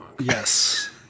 Yes